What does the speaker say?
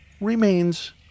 remains